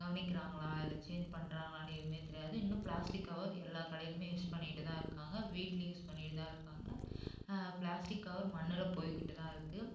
கவனிக்கிறாங்களா இல்லை சேஞ்ச் பண்ணுறாங்களானு எதுவுமே தெரியாது இன்னும் பிளாஸ்டிக் கவர் எல்லாக் கடையிலையுமே யூஸ் பண்ணிகிட்டு தான் இருக்காங்க வீட்லையும் யூஸ் பண்ணிகிட்டு தான் இருக்காங்க பிளாஸ்டிக் கவர் மண்ணில் போயிகிட்டு தான் இருக்கு